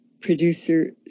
producer